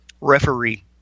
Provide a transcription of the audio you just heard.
referee